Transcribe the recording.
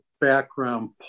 background